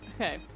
Okay